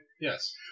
Yes